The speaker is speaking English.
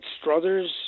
Struthers